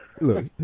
Look